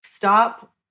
Stop